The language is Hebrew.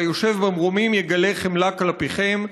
והיושב במרומים יגלה חמלה כלפיכם.